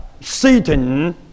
Satan